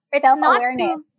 Self-awareness